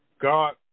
God